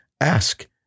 ask